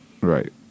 Right